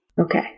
Okay